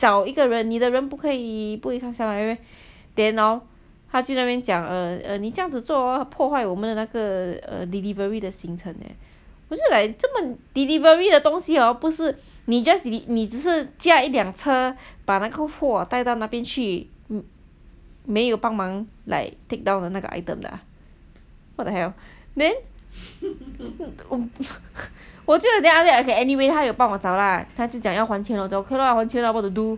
找一个人你的人不可以不可以上下来 meh then hor 他就在那边讲 err 你这样子做破坏我们的那个 delivery 的形成 eh 我就 like 这么 delivery 的东西 hor 不是你 just deliver 你只是驾一辆车把那个货带到那边去没有帮忙 like take down 的那个 item 的 ah what the hell then 我就 then after that okay anyway 他有帮我找 lah 他就讲要还钱 then 我就还钱 lor what to do